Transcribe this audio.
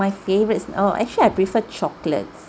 my favorites oh actually I preferred chocolates